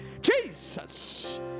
Jesus